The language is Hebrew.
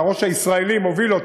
שהראש הישראלי מוביל.